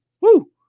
Woo